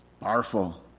powerful